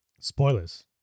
Spoilers